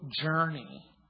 journey